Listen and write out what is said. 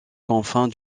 confins